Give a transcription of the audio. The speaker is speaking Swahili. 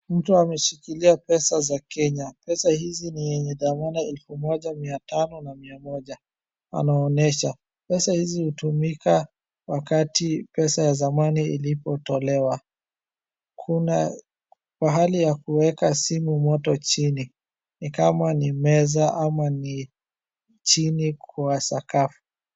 Mtu ameshikilia pesa za Kenya. Pesa hizi ni yenye thamana elfu moja mia tano na mia moja anaonyesha, pesa hizi hutumika wakati pesa ya zamani ilipotolewa. Kuna mahali ya kuweka simu moto, chini ni kama ni meza, ama ni chini, kwa sakafu.